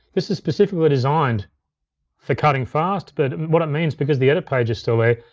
this is specifically designed for cutting fast, but what it means, because the edit page is still there,